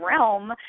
realm